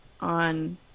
on